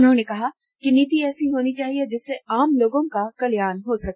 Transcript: उन्होंने कहा कि नीति ऐसी होनी चाहिए जिससे आम लोगों का कल्याण हो सके